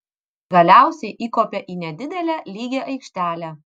galiausiai įkopė į nedidelę lygią aikštelę